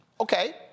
Okay